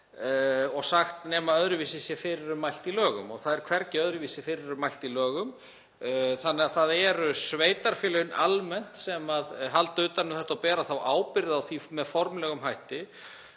og sagt, „nema öðruvísi sé fyrir mælt í lögum“. Það er hvergi öðruvísi fyrir um mælt í lögum þannig að það eru sveitarfélögin almennt sem halda utan um þetta og bera ábyrgð á því með formlegum hætti.